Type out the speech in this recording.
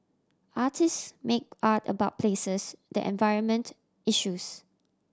artist make art about places the environment issues